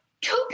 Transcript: Two